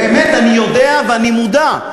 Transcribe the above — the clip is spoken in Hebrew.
באמת, אני יודע ואני מודע.